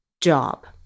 job